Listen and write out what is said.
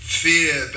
fear